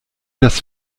das